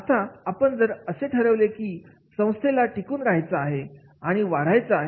आता जर आपण असे ठरवले की संस्थेला टिकून राहायचं आहे आणि वाढायचं आहे